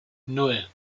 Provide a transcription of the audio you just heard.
nan